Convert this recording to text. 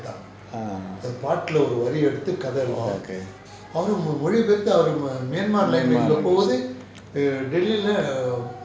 orh okay myanmar language